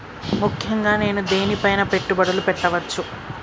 ముఖ్యంగా నేను దేని పైనా పెట్టుబడులు పెట్టవచ్చు?